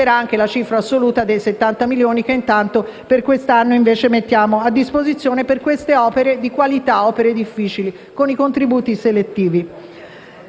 anche la cifra assoluta dei 70 milioni che intanto per quest'anno mettiamo a disposizione per le opere di qualità, per le opere difficili, con i contributi selettivi.